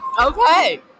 Okay